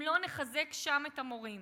אם לא נחזק שם את המורים,